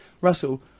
Russell